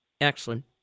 Excellent